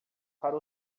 para